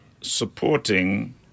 supporting